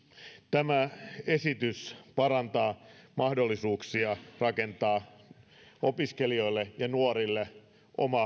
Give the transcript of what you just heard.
tämä esitys parantaa mahdollisuuksia rakentaa opiskelijoille ja nuorille